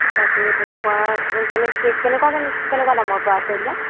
তাকে তেনেকুৱা কেনেকুৱা কেনেকুৱা দামৰপৰা আছে এইবিলাক